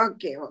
Okay